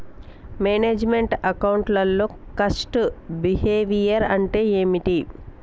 Manage meant account లో cost behaviour అంటే ఏమిటి?